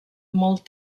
molt